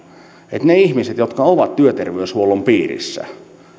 että niiden ihmisten jotka ovat työterveyshuollon piirissä